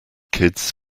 kids